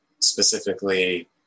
specifically